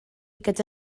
gyda